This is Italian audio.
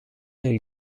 nel